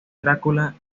drácula